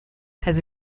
has